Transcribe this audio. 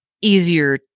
easier